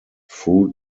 fruit